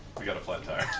we got a flat tire.